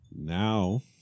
Now